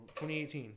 2018